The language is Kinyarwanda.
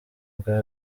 bwa